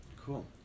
Cool